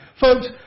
Folks